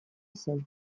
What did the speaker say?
zen